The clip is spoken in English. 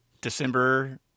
December